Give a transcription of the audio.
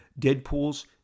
Deadpool's